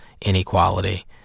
inequality